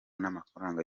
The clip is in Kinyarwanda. n’amafaranga